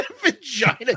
Vagina